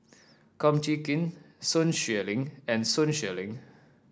Kum Chee Kin Sun Xueling and Sun Xueling